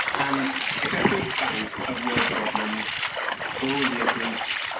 and it's a big bank of word problems for all year groups.